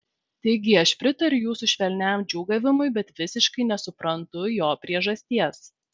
taigi aš pritariu jūsų švelniam džiūgavimui bet visiškai nesuprantu jo priežasties